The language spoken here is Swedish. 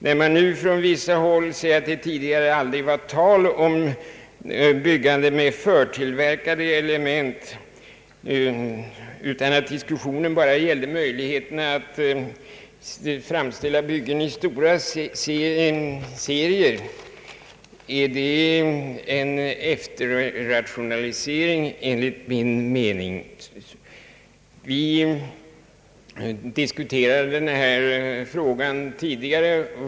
När man nu från vissa håll säger att det tidigare aldrig varit tal om byggande med förtillverkade element, utan att diskussionen endast gällt möjligheterna att framställa byggen i stora serier är det enligt min mening en efterrationalisering. Vi har diskuterat denna fråga tidigare.